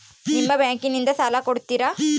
ನಿಮ್ಮ ಬ್ಯಾಂಕಿನಿಂದ ಸಾಲ ಕೊಡ್ತೇರಾ?